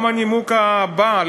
גם הנימוק הבא,